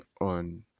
on